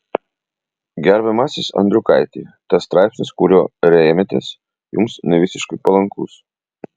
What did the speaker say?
gerbiamasis andriukaiti tas straipsnis kuriuo rėmėtės jums nevisiškai palankus